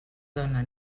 dóna